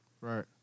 right